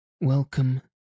Welcome